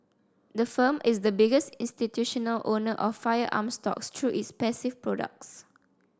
the firm is the biggest institutional owner of firearms stocks through its passive products